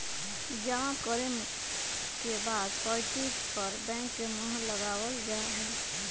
जमा करे के बाद पर्ची पर बैंक के मुहर लगावल जा हई